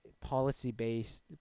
policy-based